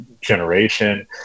generation